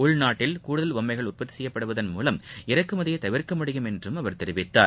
உள்நாட்டில் கூடுதல் பொம்மைகள் உற்பத்தி செய்யப்படுவதள் மூவம் இறக்குமதியை தவிர்க்க முடியும் என்றும் அவர் தெரிவித்தார்